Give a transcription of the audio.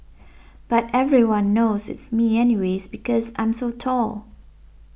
but everyone knows it's me anyways because I'm so tall